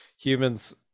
humans